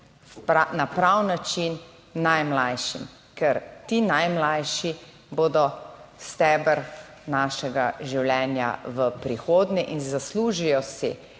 na pravi način najmlajšim, ker ti najmlajši bodo steber našega življenja v prihodnje. In zaslužijo si